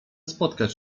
spotkać